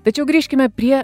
tačiau grįžkime prie